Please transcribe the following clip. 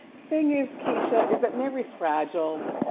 thing is, keyshia, is that mary's fragile.